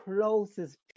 closest